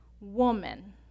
woman